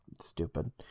stupid